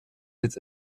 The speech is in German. sitz